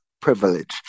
privilege